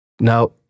Now